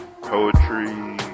poetry